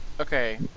Okay